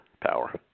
power